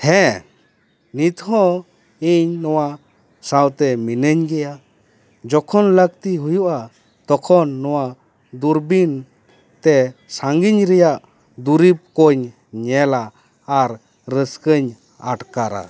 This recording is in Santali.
ᱦᱮᱸ ᱱᱤᱛ ᱦᱚᱸ ᱤᱧ ᱱᱚᱣᱟ ᱥᱟᱶᱛᱮ ᱢᱤᱱᱟᱹᱧ ᱜᱮᱭᱟ ᱡᱚᱠᱷᱚᱱ ᱞᱟᱹᱠᱛᱤ ᱦᱩᱭᱩᱜᱼᱟ ᱛᱚᱠᱷᱚᱱ ᱱᱚᱣᱟ ᱫᱩᱨᱵᱤᱱ ᱛᱮ ᱥᱟᱹᱜᱤᱧ ᱨᱮᱭᱟ ᱫᱩᱨᱤᱵᱽ ᱠᱚᱧ ᱧᱮᱞᱟ ᱟᱨ ᱨᱟᱹᱥᱠᱟᱹᱧ ᱟᱴᱠᱟᱨᱟ